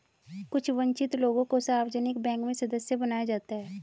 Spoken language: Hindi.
कुछ वन्चित लोगों को सार्वजनिक बैंक में सदस्य बनाया जाता है